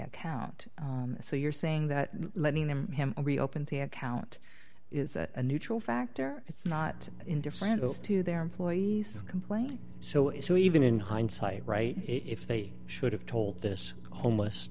account so you're saying that letting them him reopen the account is a neutral factor it's not indifferent as to their employees complained so it's even in hindsight right if they should have told this homeless